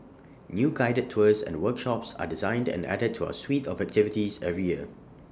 new guided tours and workshops are designed and added to our suite of activities every year